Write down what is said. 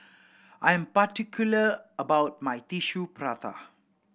I am particular about my Tissue Prata